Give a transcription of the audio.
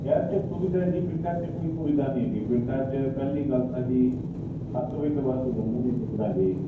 ਯਾਰ ਪਿੰਡਾਂ 'ਚ ਕੋਈ ਸੁਵਿਧਾ ਨਹੀਂ ਹੈਗੀ ਪਿੰਡਾਂ 'ਚ ਪਹਿਲੀ ਗੱਲ ਤਾਂ ਜੀ ਸੱਤ ਵਜੇ ਤੋਂ ਬਾਅਦ ਕੋਈ ਬੰਦਾ ਨਹੀਂ ਦਿੱਖਦਾ ਜੀ